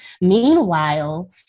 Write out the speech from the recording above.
Meanwhile